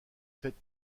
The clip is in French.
faite